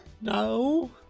no